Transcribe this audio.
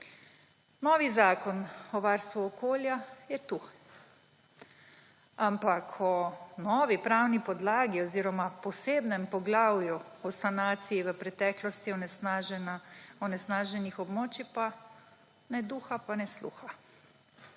Novi zakon o varstvu okolja je tu, ampak o novi pravni podlagi oziroma o posebnem poglavju o sanaciji v preteklosti čezmerno onesnaženih območjih pa ne duha ne sluha.